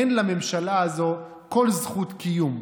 אין לממשלה הזאת כל זכות קיום.